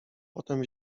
potem